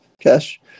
cash